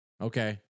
Okay